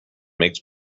makes